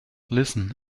listen